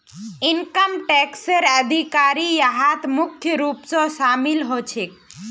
income टैक्सेर अधिकारी यहात मुख्य रूप स शामिल ह छेक